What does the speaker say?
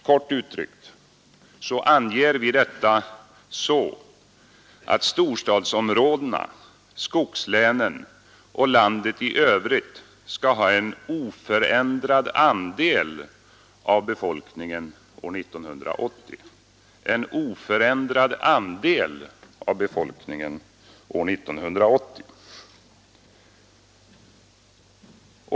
Kort uttryckt anger vi detta så att storstadsområdena, skogslänen och landet i övrigt skall ha en oförändrad andel av befolkningen år 1980.